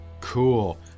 cool